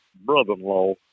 brother-in-law